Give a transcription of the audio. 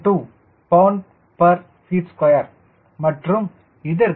2 lbft2 மற்றும் இதற்கு 14